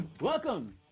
Welcome